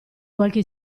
qualche